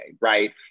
right